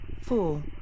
four